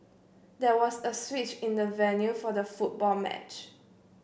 there was a switch in the venue for the football match